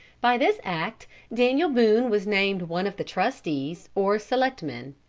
by this act daniel boone was named one of the trustees or selectmen.